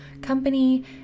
company